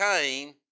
Cain